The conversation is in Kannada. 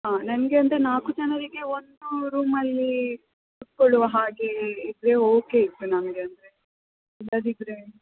ಹಾ ನನಗೆ ಅಂದರೆ ನಾಲ್ಕು ಜನರಿಗೆ ಒಂದು ರೂಮಲ್ಲಿ ಕೂತ್ಕೊಳ್ಳುವ ಹಾಗೆ ಇದ್ದರೆ ಓಕೆ ಇತ್ತು ನಮಗೆ ಅಂದರೆ ಇಲ್ಲದಿದ್ದರೆ